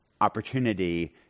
Opportunity